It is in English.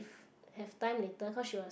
have time later because she was